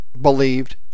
believed